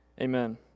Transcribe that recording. amen